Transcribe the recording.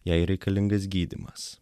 jai reikalingas gydymas